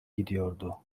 gidiyordu